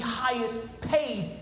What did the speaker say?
highest-paid